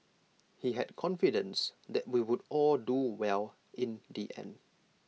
he had confidence that we would all do well in the end